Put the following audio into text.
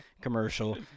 commercial